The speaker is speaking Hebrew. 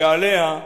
שעליה,